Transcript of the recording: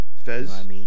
Fez